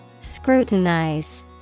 scrutinize